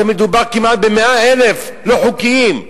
הרי מדובר כמעט ב-100,000 לא חוקיים,